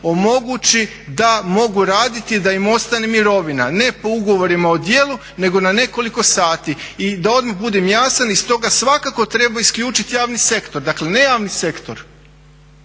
omogući da mogu raditi i da im ostane mirovina. Ne po ugovorima o djelu nego na nekoliko sati. I da odmah budem jasan iz toga svakako treba isključiti javni sektor. Dakle, ne javni sektor